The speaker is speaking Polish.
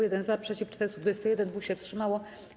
1 - za, przeciw - 421, 2 się wstrzymało.